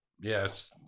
Yes